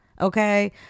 Okay